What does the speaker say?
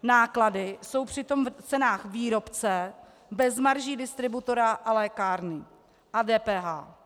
Náklady jsou přitom v cenách výrobce bez marží distributora a lékárny a DPH.